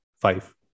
five